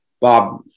Bob